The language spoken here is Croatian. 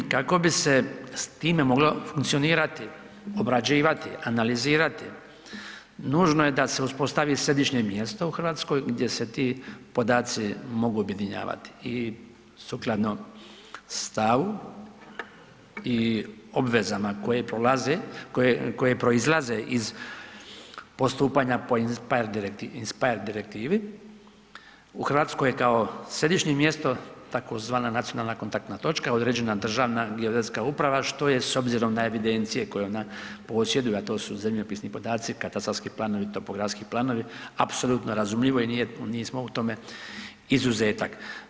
Kako bi se s time moglo funkcionirati, obrađivati, analizirati, nužno je da se uspostavi središnje mjesto u Hrvatskoj gdje se ti podaci mogu objedinjavati i sukladno stavu i obvezama koje proizlaze iz postupanja po INSPARE direktivi u Hrvatskoj kao središnje mjesto tzv. Nacionalna kontaktna točka određena Državna geodetska uprava što je s obzirom na evidencije koje ona posjeduje, a to su zemljopisni podaci, katastarski planovi, topografski planovi apsolutno razumljivo i nismo u tome izuzetak.